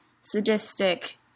sadistic